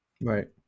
right